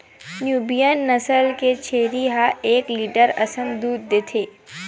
Nubian नसल के छेरी ह एक लीटर असन दूद देथे